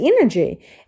energy